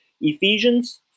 Ephesians